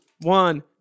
one